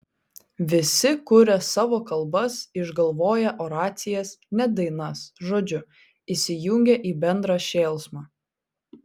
visi kuria savo kalbas išgalvoję oracijas net dainas žodžiu įsijungia į bendrą šėlsmą